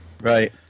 Right